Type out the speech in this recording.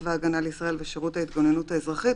צבא הגנה לישראל ושירות ההתגוננות האזרחית,